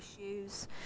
issues